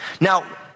Now